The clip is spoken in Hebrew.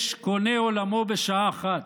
יש קונה עולמו בשעה אחת.